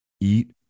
Eat